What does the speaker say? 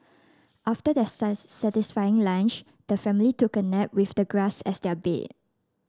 after their satisfying lunch the family took a nap with the grass as their bed